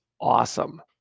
awesome